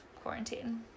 quarantine